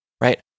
right